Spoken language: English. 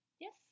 Yes